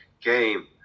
game